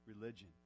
religion